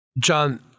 John